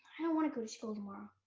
i don't wanna go to school tomorrow.